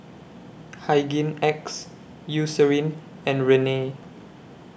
Hygin X Eucerin and Rene